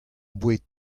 boued